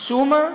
חשומה?